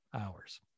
hours